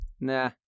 Nah